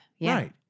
Right